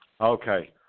Okay